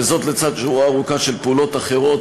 וזאת לצד שורה ארוכה של פעולות אחרות,